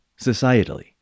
societally